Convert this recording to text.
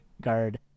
guard